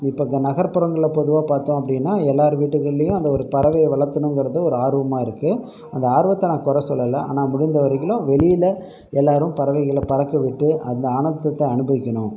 இப்போ இந்த நகர்ப்புறங்களில் பொதுவாக பார்த்தோம் அப்படின்னா எல்லோர் வீட்டுகள்லேயும் அந்த ஒரு பறவையை வளர்த்தணுங்கறது ஒரு ஆர்வமாக இருக்குது அந்த ஆர்வத்தை நான் கொற சொல்லல ஆனால் முடிந்த வரையிலும் வெளியில் எல்லோரும் பறவைகளை பறக்க விட்டு அந்த ஆனந்தத்தை அனுபவிக்கணும்